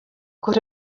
could